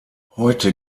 heute